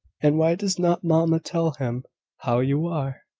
and why does not mamma tell him how you are?